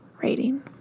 rating